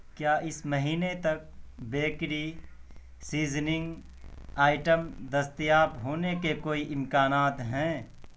کیا اس مہینے تک بیکری سیزننگ آئٹم دستیاب ہونے کے کوئی امکانات ہیں